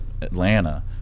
Atlanta